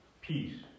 peace